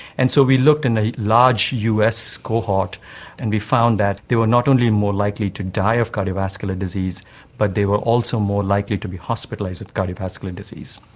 and so we looked in a large us cohort and we found that they were not only more likely to die of cardiovascular disease but they were also more likely to be hospitalised with cardiovascular disease.